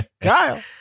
Kyle